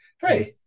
hey